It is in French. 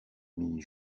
mini